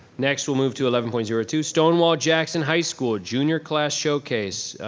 next we'll move to eleven point zero two, stonewall jackson high school, junior class showcase,